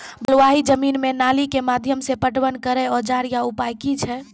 बलूआही जमीन मे नाली के माध्यम से पटवन करै औजार या उपाय की छै?